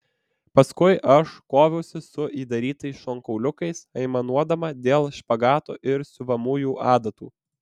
paskui aš koviausi su įdarytais šonkauliukais aimanuodama dėl špagato ir siuvamųjų adatų